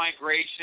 migration